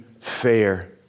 fair